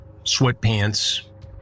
sweatpants